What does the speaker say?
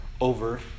over